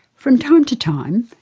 from time to time,